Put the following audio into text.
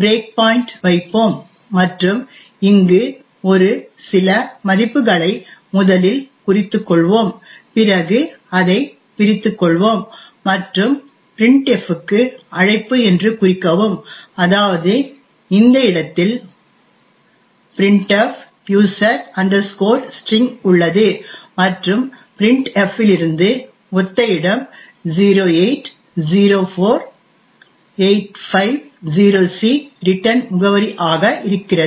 breakpoint வைப்போம் மற்றும் இங்கு ஒரு சில மதிப்புகளை முதலில் குறித்துக் கொள்வோம் பிறகு அதை பிரித்துக் கொள்வோம் மற்றும் printf க்கு அழைப்பு என்று குறிக்கவும் அதாவது இந்த இடத்தில் printf user string உள்ளது மற்றும் printf இல் இருந்து ஒத்த இடம் 0804850c ரிடர்ன் முகவரி ஆக இருக்கிறது